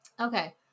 okay